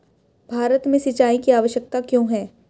भारत में सिंचाई की आवश्यकता क्यों है?